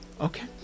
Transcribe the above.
Okay